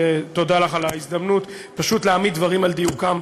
תודה לך על ההזדמנות להעמיד דברים על דיוקם.